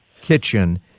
Kitchen